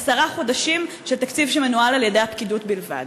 עשרה חודשים של תקציב שמנוהל על-ידי הפקידות בלבד.